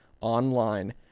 online